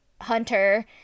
hunter